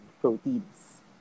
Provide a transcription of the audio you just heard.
proteins